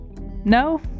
No